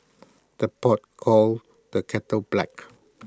the pot calls the kettle black